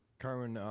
carmen, ah